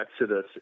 Exodus